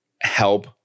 help